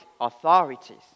authorities